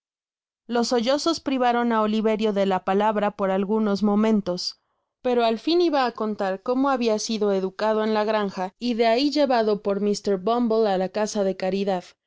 las sollozos privaron á oliverio de la palabra por algunos momentos pero al fin iba á contar como habia sido educad m la granja y de alli llevado por mr bumble á la casa de caridad